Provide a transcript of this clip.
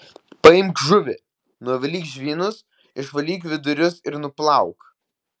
paimk žuvį nuvalyk žvynus išvalyk vidurius ir nuplauk